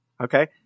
Okay